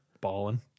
Balling